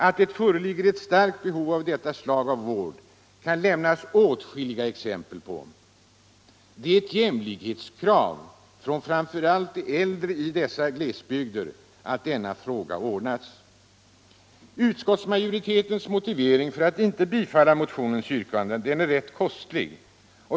Att det föreligger ett starkt behov av detta slag av vård kan det lämnas åtskilliga exempel på. Det är ett jämlikhetskrav från framför allt de äldre i dessa glesbygder att denna fråga ordnas. Utskottsmajoritetens motivering för att inte tillstyrka motionens yrkande är rätt koswuig.